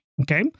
okay